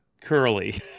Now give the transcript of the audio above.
Curly